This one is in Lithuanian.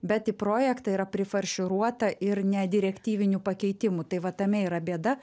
bet į projektą yra prifarširuota ir ne direktyvinių pakeitimų tai va tame yra bėda